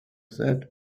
said